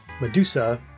Medusa